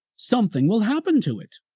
something will happen to it.